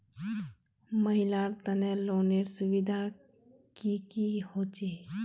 महिलार तने लोनेर सुविधा की की होचे?